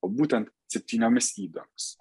o būtent septynioms ydomis